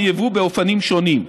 יבוא באופנים שונים.